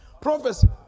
Prophecy